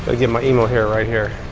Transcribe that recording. ah get my emo hair right here.